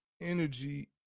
energy